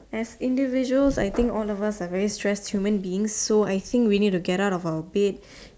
as individuals I think all of us are very stressed human beings so I think we need to get out of our bed